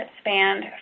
spanned